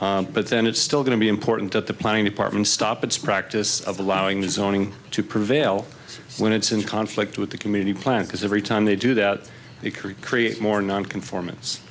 those but then it's still going to be important that the planning department stop its practice of allowing the zoning to prevail when it's in conflict with the community plan because every time they do that it could create more nonconform